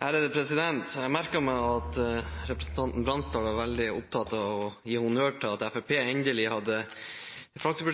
Jeg merket meg at representanten Bransdal var veldig opptatt av å gi honnør til Fremskrittspartiet